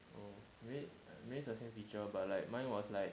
oh maybe maybe it's the same feature but like mine was like